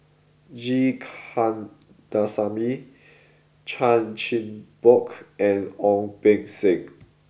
G Kandasamy Chan Chin Bock and Ong Beng Seng